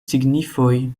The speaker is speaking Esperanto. signifoj